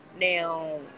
now